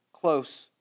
close